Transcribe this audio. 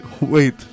Wait